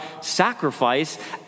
sacrifice